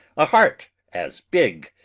a heart as big?